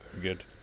Good